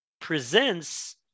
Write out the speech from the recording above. presents